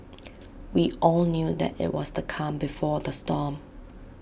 we all knew that IT was the calm before the storm